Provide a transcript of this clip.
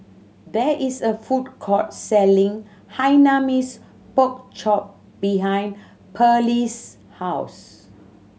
there is a food court selling Hainanese Pork Chop behind Perley's house